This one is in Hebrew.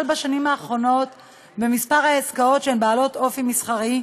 בשנים האחרונות במספר העסקאות שהן בעלות אופי מסחרי,